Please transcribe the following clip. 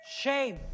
Shame